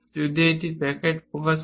যদি এটি একটি প্যাকেট প্রকাশ করে